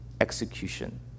execution